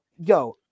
Yo